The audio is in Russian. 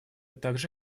также